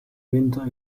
winter